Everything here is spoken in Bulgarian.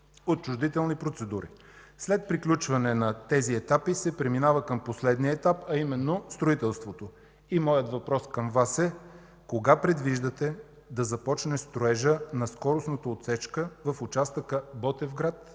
отчуждителни процедури. След приключване на тези етапи се преминава към последния етаж, а именно строителството. Моят въпрос към Вас е: кога предвиждате да започне строежът на скоростната отсечка в участъка Ботевград